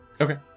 Okay